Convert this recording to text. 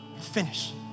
Finish